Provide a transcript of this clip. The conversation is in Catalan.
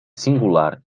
singular